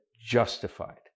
justified